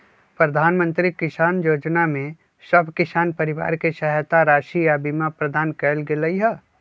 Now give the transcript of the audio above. प्रधानमंत्री किसान जोजना में सभ किसान परिवार के सहायता राशि आऽ बीमा प्रदान कएल गेलई ह